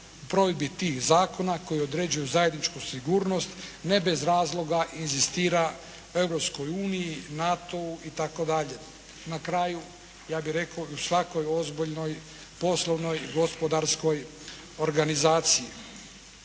provedbi tih zakona koji određuju zajedničku sigurnost ne bez razloga inzistira Europskoj uniji, NATO-u itd. Na kraju, ja bih rekao u svakoj ozbiljnoj poslovnoj, gospodarskoj organizaciji.